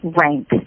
rank